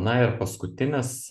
na ir paskutinis